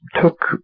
took